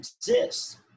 exist